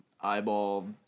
eyeball